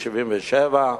ב-1977,